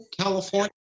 California